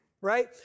right